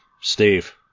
steve